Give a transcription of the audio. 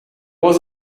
was